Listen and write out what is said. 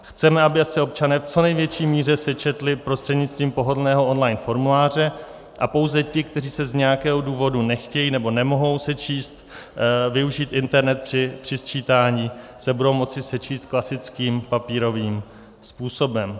Chceme, aby se občané v co největší míře sečetli prostřednictvím pohodlného online formuláře, a pouze ti, kteří se z nějakého důvodu nechtějí nebo nemohou sečíst přes internet při sčítání, se budou moci sečíst klasickým papírovým způsobem.